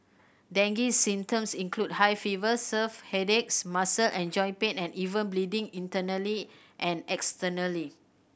dengue symptoms include high fever serve headaches muscle and joint pain and even bleeding internally and externally